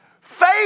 Faith